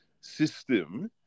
system